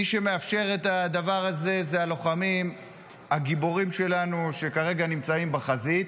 מי שמאפשר את הדבר הזה זה הלוחמים הגיבורים שלנו שכרגע נמצאים בחזית,